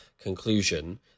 conclusion